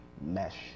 mesh